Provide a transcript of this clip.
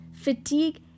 fatigue